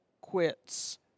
quits